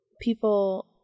people